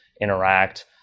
interact